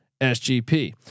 sgp